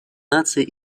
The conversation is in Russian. наций